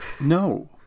No